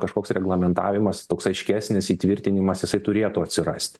kažkoks reglamentavimas toks aiškesnis įtvirtinimas jisai turėtų atsirast